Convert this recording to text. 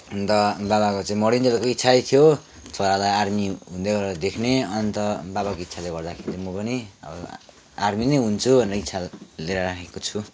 अन्त बाबाको चाहिँ मरिन्जेलसम्म इच्छै थियो छोरालाई आर्मी हुँदैगरेको देख्ने अन्त बाबाको इच्छाले गर्दाखेरि म पनि अब आर्मी नै हुन्छु भनेर इच्छा लिएर राखेको छु